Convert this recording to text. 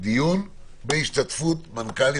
דיון בהשתתפות מנכ"לים.